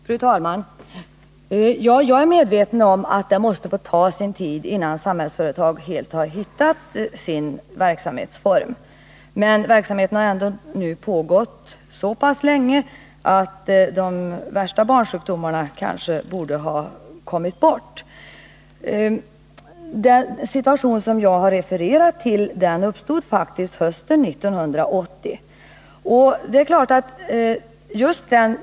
Fru talman! Jag är medveten om att det måste få ta sin tid innan Samhällsföretag helt har hittat sin verksamhetsform. Verksamheten har dock nu pågått så länge att de värsta barnsjukdomarna borde vara 2 överståndna. Den situation som jag har refererat till uppstod faktiskt hösten 1980.